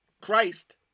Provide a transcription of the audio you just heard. Christ